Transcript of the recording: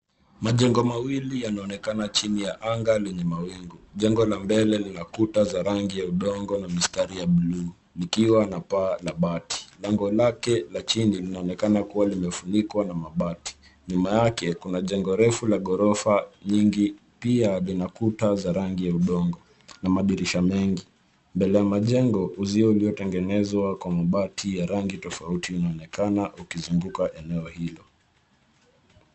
Majengo mawili yanaonekana chini ya anga lenye mawingu. Jengo la mbele lina kuta za rangi ya udongo na mistari ya bluu, likiwa na paa la bati. Lango lake la chini, linaonekana kuwa limefunikwa na mabati. Nyuma yake, kuna jengo refu la ghorofa nyingi, pia vina kuta za rangi ya udongo, na madirisha mengi. Mbele ya majengo, uzio uliotengenezwa kwa mabati ya rangi tofauti unaonekana ukizunguka eneo hilo.